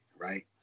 right